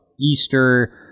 Easter